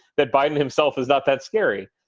that biden himself is not that scary.